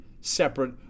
separate